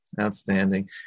outstanding